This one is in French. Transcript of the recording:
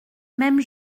même